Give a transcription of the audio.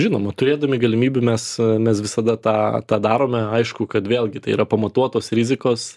žinoma turėdami galimybių mes mes visada tą tą darome aišku kad vėlgi tai yra pamatuotos rizikos